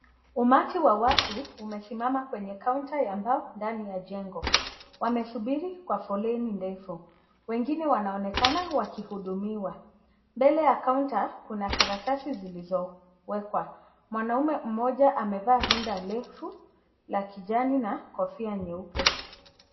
Umati wa watu umesimama kwenye kaunti ya mbao ndani ya jengo. Wamesubiri kwa foleni ndefu. Wengine wanaonekana wakihudumiwa mbele ya kaunta kuna karatasi zilizowekwa. Mwanamume mmoja amevaa rinda refu la kijani na kofia nyeupe.